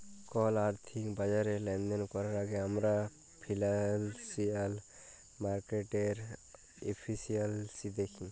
call আথ্থিক বাজারে লেলদেল ক্যরার আগে আমরা ফিল্যালসিয়াল মার্কেটের এফিসিয়াল্সি দ্যাখি